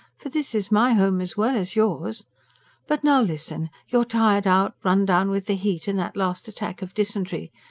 for this is my home as well as yours but now listen. you're tired out, run down with the heat and that last attack of dysentery.